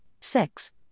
sex